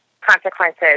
consequences